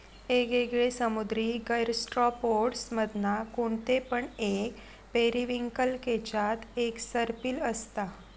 येगयेगळे समुद्री गैस्ट्रोपोड्स मधना कोणते पण एक पेरिविंकल केच्यात एक सर्पिल असता